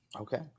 Okay